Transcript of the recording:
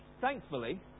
Thankfully